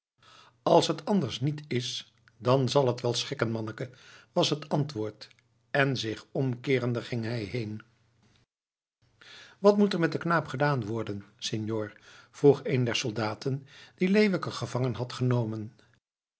als het anders niet is dan zal het wel schikken manneke was het antwoord en zich omkeerende ging hij heen wat moet er met den knaap gedaan worden senor vroeg een der soldaten die leeuwke gevangen hadden genomen